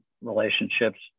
relationships